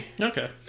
Okay